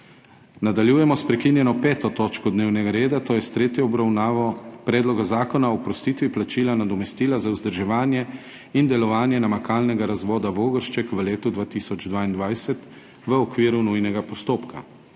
Nadaljujemo s prekinjeno 5. točko dnevnega reda, to je s tretjo obravnavo Predloga zakona o oprostitvi plačila nadomestila za vzdrževanje in delovanje namakalnega razvoda Vogršček v letu 2022 v okviru nujnega postopka.